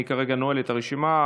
אני כרגע נועל את הרשימה.